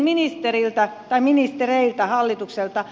kysynkin ministereiltä hallitukselta